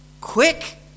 quick